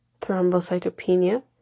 thrombocytopenia